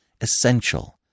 essential